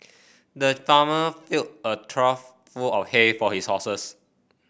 the farmer filled a trough full of hay for his horses